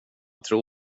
tro